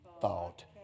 thought